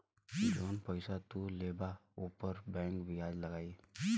जौन पइसा तू लेबा ऊपर बैंक बियाज लगाई